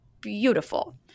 beautiful